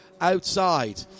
outside